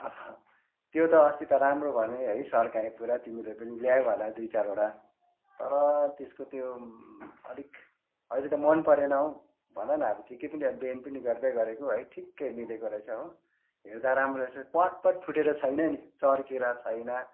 त्यो त अस्ति त राम्रो भने है सर्काए पुरा तिमीले पनि ल्यायौ होला दुई चारवटा तर त्यसको त्यो अलिक अहिले त मन परेन हौ भनन अब ठिक्कै पनि अब ब्यान पनि गर्दैगरेको है ठिकै मिलेको रहेछ हो हेर्दा राम्रो रहेछ पवाट्ट पवाट्ट फुटेर छैन नि चर्केर छैन